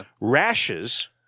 rashes